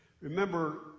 Remember